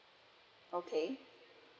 okay